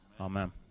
Amen